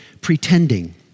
pretending